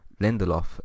Lindelof